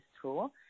tool